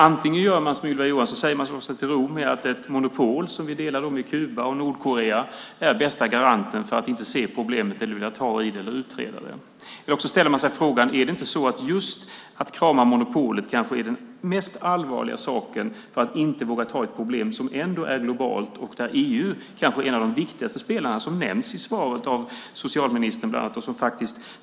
Antingen gör man som Ylva Johansson säger och slår sig till ro med att det monopol som vi delar med Kuba och Nordkorea är den bästa garanten och väljer att inte se problemet, vilja ta i det eller utreda det, eller också ställer man sig frågan: Är inte att krama monopolet den allvarligaste saken när det gäller att inte våga ta i ett problem som är globalt och där EU kanske är en av de viktigaste spelarna, som nämns i socialministerns svar.